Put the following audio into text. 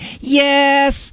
Yes